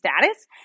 status